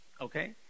Okay